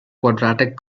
quadratic